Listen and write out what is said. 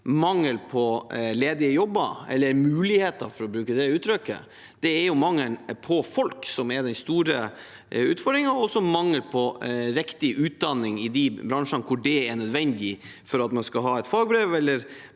mangel på ledige jobber eller muligheter, for å bruke det uttrykket. Det er mangel på folk som er den store utfordringen, og også mangel på riktig utdanning i de bransjene der det er nødvendig for at man skal ha et fagbrev,